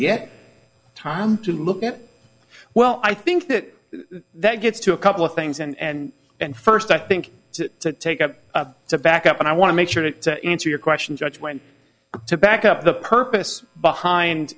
get time to look at it well i think that that gets to a couple of things and and first i think to take up to back up i want to make sure that to answer your question judge when to back up the purpose behind